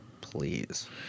please